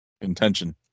intention